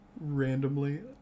randomly